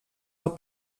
del